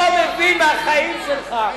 אתה לא מבין מהחיים שלך.